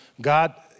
God